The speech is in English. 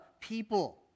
people